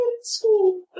school